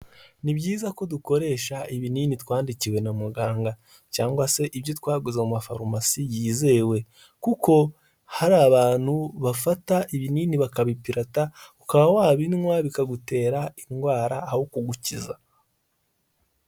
Ni byiza ko dukoresha ibinini twandikiwe na muganga cyangwa se ibyo twaguze mu mafarumasi yizewe, kuko hari abantu bafata ibinini bakabipirata ukaba wabinywa bikagutera indwara aho kugukiza.